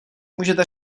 můžete